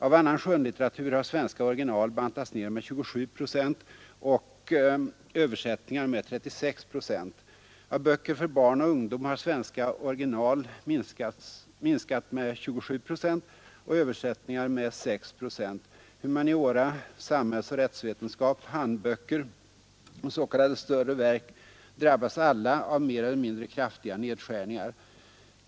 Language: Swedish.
Av annan skönlitteratur har svenska original bantats ner med 27 procent och översättningar med 36 procent. Av böcker för barn och ungdom har svenska original minskat med 27 procent och översättningar med 6 procent. Humaniora, samhällsoch rättsvetenskap, handböcker och s.k. större verk drabbas alla av mer eller mindre kraftiga nerskärningar.